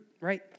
right